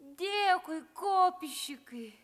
dėkui kopišikai